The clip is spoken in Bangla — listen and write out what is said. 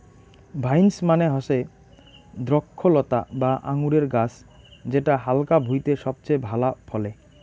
ভাইন্স মানে হসে দ্রক্ষলতা বা আঙুরের গাছ যেটা হালকা ভুঁইতে সবচেয়ে ভালা ফলে